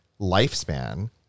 lifespan